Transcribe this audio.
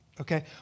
okay